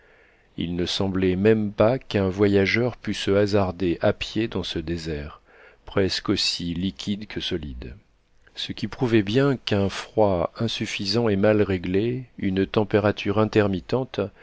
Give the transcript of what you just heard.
il ne semblait même pas qu'un voyageur pût se hasarder à pied dans ce désert presque aussi liquide que solide ce qui prouvait bien qu'un froid insuffisant et mal réglé une température intermittente